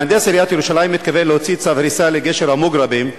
מהנדס עיריית ירושלים מתכוון להוציא צו הריסה לגשר המוגרבים בהר-הבית,